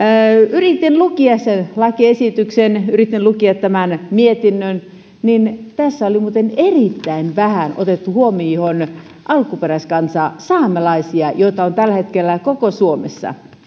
yritin lukea lakiesityksen yritin lukea tämän mietinnön ja tässä oli muuten erittäin vähän otettu huomioon alkuperäiskansa saamelaiset joita on tällä hetkellä koko suomessa